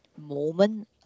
Moment